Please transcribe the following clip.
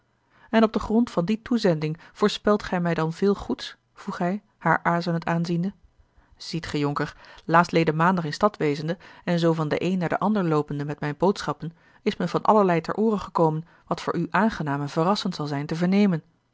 en op den grond van die toezending voorspelt gij mij dan veel goeds vroeg hij haar aarzelend aanziende ziet ge jonker laatstleden maandag in stad wezende en zoo van den een naar den ander loopende met mijne boodschappen is me van allerlei ter oore gekomen wat voor u aangenaam en verrassend zal zijn te vernemen